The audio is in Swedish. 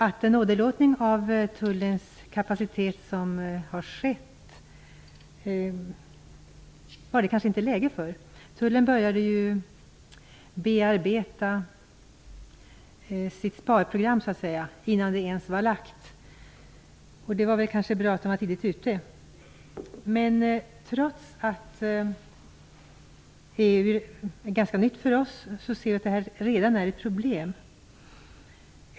Den åderlåtning av tullens kapacitet som skett var det kanske inte läge för. Tullen började bearbeta sitt sparprogram innan det ens var framlagt. Det var kanske bra att vara tidigt ute. Men trots att EU är ganska nytt för oss ser vi redan problem.